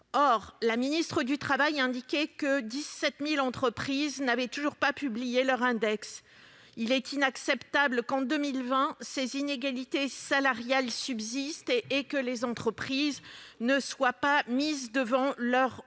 Or la ministre du travail a indiqué que 17 000 entreprises n'avaient toujours pas publié leur index. Il est inacceptable, en 2020, que ces inégalités salariales subsistent et que les entreprises ne soient pas mises devant leurs obligations.